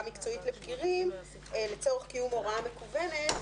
מקצועית לבגירים לצורך קיום הוראה מקוונת,